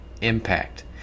impact